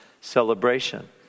celebration